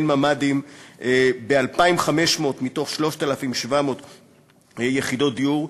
ואין ממ"דים ב-2,500 מתוך 3,700 יחידות דיור,